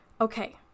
Okay